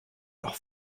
leurs